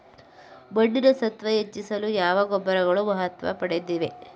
ಮಣ್ಣಿನ ಸತ್ವ ಹೆಚ್ಚಿಸಲು ಯಾವ ಗೊಬ್ಬರಗಳು ಮಹತ್ವ ಪಡೆದಿವೆ?